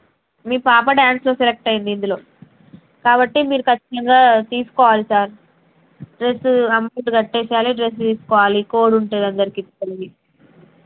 మీ పాప డాన్స్లో సెలక్ట్ అయింది ఇందులో కాబట్టి మీరు ఖచ్చితంగా తీసుకోవాలి సార్ డ్రెస్ అమౌంట్ కట్టేసెయాలి డ్రెస్ తీసుకోవాలి కోడ్ ఉంటుంది అందరికీ ఇస్తారవి